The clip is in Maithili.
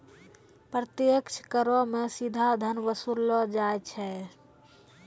प्रत्यक्ष करो मे सीधा धन वसूललो जाय छै